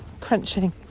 crunching